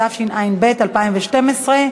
התשע"ב 2012,